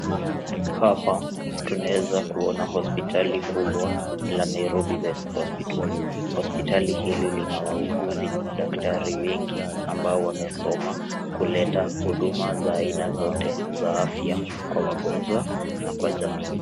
Hapa tunawezakua na hspitali kubwa la nairobi west hospital, hospitali hili lina wauguzi na madaktari wengi ambao wamesoma kuleta huduma za aina zote za afya kwa wagonjwa na kwa jamii.